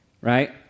right